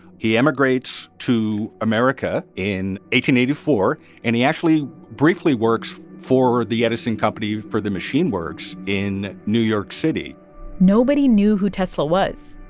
he emigrates to america in eighty in eighty four, and he actually briefly works for the edison company for the machine works in new york city nobody knew who tesla was.